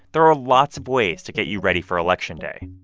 there are lots of ways to get you ready for election day